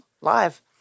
live